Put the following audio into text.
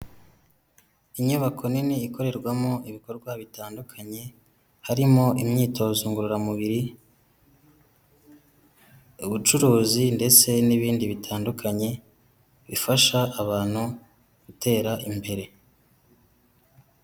Inyubako nini ikorerwamo ibikorwa bitandukanye, harimo imyitozo ngororamubiri, ubucuruzi ndetse n'ibindi bitandukanye, bifasha abantu gutera imbere.